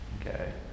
okay